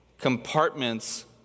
compartments